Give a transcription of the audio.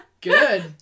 Good